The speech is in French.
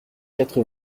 quatre